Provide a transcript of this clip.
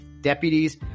Deputies